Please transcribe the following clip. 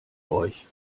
euch